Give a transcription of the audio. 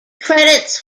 credits